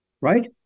Right